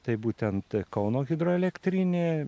tai būtent kauno hidroelektrinė